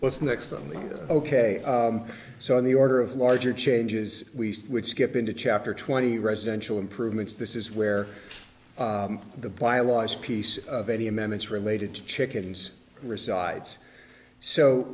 what's next i'm ok so on the order of larger changes we would skip into chapter twenty residential improvements this is where the bylaws piece of any amendments related to chickens resides so